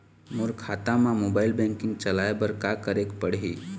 मोर खाता मा mobile banking चलाए बर का करेक पड़ही?